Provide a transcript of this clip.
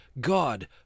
God